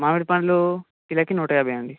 మామిడి పండ్లు కిలోకి నూట యాభై అండి